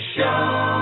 Show